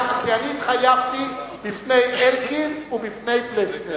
אני התחייבתי בפני אלקין ובפני פלסנר,